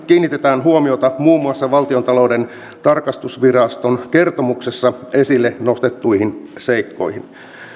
kiinnitetään huomiota muun muassa valtiontalouden tarkastusviraston kertomuksessa esille nostettuihin seikkoihin